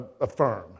affirm